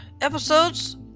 episodes